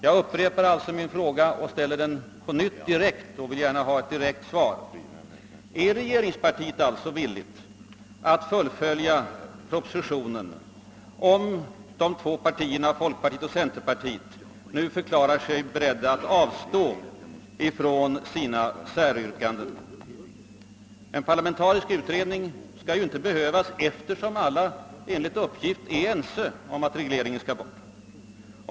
Jag upprepar alltså min fråga och vill gärna nu ha ett direkt svar på den: Är regeringspartiet villigt att fullfölja propositionen, om folkpartiet och centerpartiet nu förklarar sig beredda att avstå från sina säryrkanden? En par lamentarisk utredning skall väl inte behövas, eftersom alla säger sig vara ense om att regleringen skall bort.